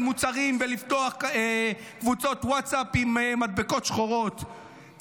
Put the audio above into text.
מוצרים ולפתוח קבוצות ווטסאפ עם מדבקות שחורות,